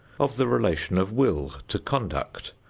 of the relation of will to conduct,